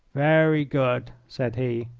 very good, said he.